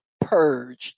purged